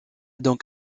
donc